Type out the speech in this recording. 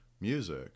music